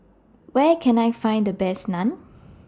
Where Can I Find The Best Naan